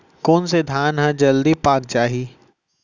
कोन से धान ह जलदी पाक जाही?